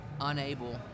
unable